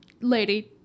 Lady